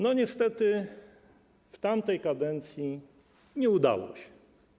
Niestety, w tamtej kadencji nie udało się.